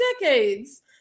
decades